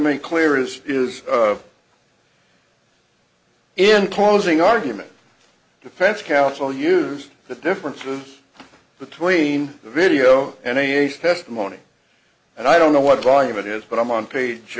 make clear is is in closing argument defense counsel used the differences between a video and an ace testimony and i don't know what volume it is but i'm on page